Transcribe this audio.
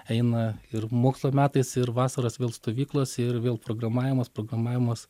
eina ir mokslo metais ir vasaros vėl stovyklos ir vėl programavimas programavimas